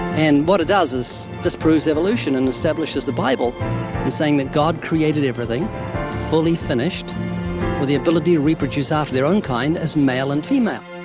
but does is disproves evolution and establishes the bible in saying that god created everything fully finished with the ability to reproduce after their own kind as male and female.